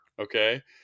Okay